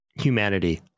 humanity